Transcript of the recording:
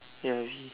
ya !ee!